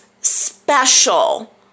special